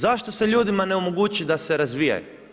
Zašto se ljudima ne omogući da se razvijaju?